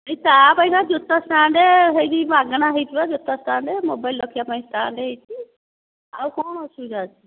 ତା ପାଇଁ କା ଜୋତା ଷ୍ଟାଣ୍ଡ ହେଇକି ମାଗଣା ହେଇଛି ବା ଜୋତା ଷ୍ଟାଣ୍ଡ ମୋବାଇଲ ରଖିବା ପାଇଁ ଷ୍ଟାଣ୍ଡ ହେଇଛି ଆଉ କ'ଣ ଅସୁବିଧା ଅଛି